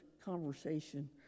conversation